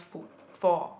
for